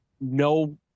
no